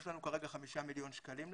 יש לנו כרגע חמישה מיליון שקלים לזה,